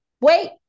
Wait